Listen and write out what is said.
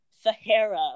Sahara